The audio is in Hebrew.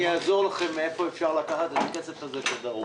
אעזור לכם ואומר מהיכן אפשר לקחת את הכסף הזה שדרוש.